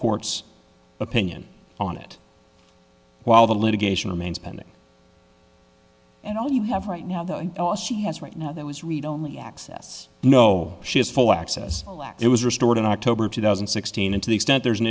court's opinion on it while the litigation remains pending and all you have right now that she has right now that was read only access no she has full access lacked it was restored in october of two thousand and sixteen and to the extent there's an